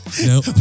No